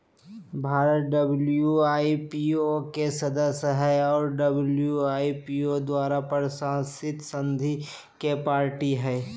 Bharat WIPO के सदस्य हइ और डब्ल्यू.आई.पी.ओ द्वारा प्रशासित संधि के पार्टी हइ